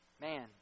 Man